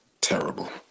terrible